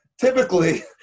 typically